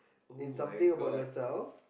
in something about yourself